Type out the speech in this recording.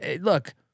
Look